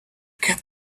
get